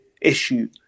issue